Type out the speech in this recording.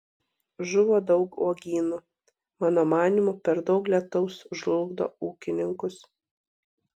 žuvo daug uogynų mano manymu per daug lietaus žlugdo ūkininkus